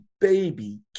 baby